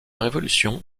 révolution